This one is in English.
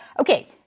Okay